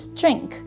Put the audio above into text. drink